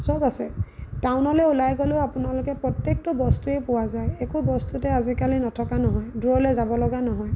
সব আছে টাউনলৈ ওলাই গ'লেও আপোনালোকে প্ৰত্যেকটো বস্তুয়েই পোৱা যায় একো বস্তুতে আজিকালি নথকা নহয় দূৰলৈ যাব লগা নহয়